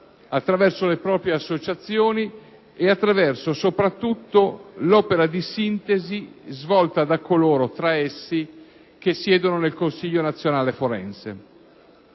attraverso le proprie associazioni e, soprattutto, attraverso l'opera di sintesi svolta da coloro che fra essi siedono nel Consiglio nazionale forense.